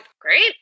Great